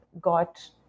got